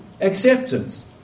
acceptance